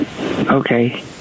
Okay